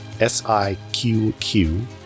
S-I-Q-Q